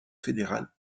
fédérale